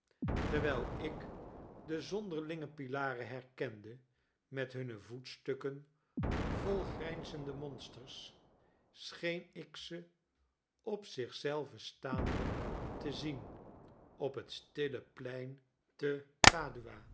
terwijl ik de zonderlingepilarenherkendemet hunne voetstukken vol grijnzende monsters scheen ik ze op zich zelve staande te zien op het stille plein te